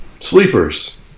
Sleepers